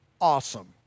awesome